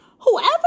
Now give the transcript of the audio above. whoever